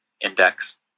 index